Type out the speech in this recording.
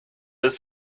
his